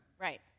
Right